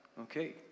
Okay